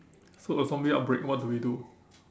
so a zombie outbreak what do we do